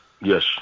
Yes